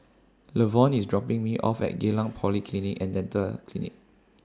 Levon IS dropping Me off At Geylang Polyclinic and Dental Clinic